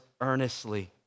earnestly